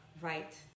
Right